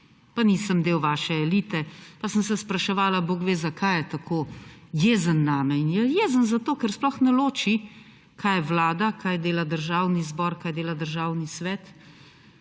Pa nisem del vaše elite. Pa sem se spraševala, bogve zakaj je tako jezen name. In je jezen zato, ker sploh ne loči, kaj je Vlada, kaj dela Državni zbor, kaj dela Državni svet.